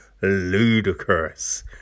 ludicrous